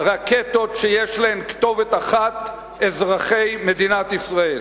רקטות שיש להן כתובת אחת: אזרחי מדינת ישראל.